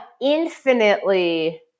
infinitely